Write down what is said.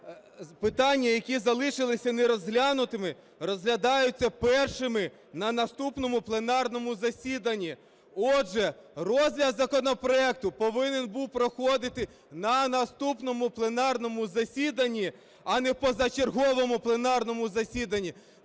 питання, які залишилися нерозглянутими, розглядаються першими на наступному пленарному засіданні. Отже, розгляд законопроект повинен був проходити на наступному пленарному засіданні, а не позачерговому пленарному засіданні.